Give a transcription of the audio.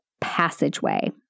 passageway